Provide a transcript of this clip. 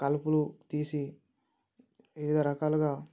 కలుపులు తీసి వివిధ రకాలుగా